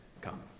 come